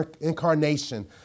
incarnation